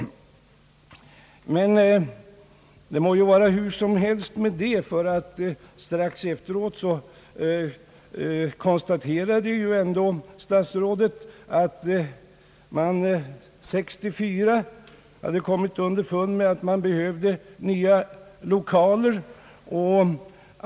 Men det må vara hur som helst med den saken. Som statsrådet konstaterade kom man år 1964 underfund med att man behövde nya lokaler.